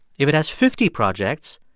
if it has fifty projects,